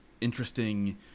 interesting